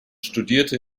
studierte